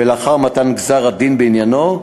ולאחר מתן גזר-הדין בעניינו,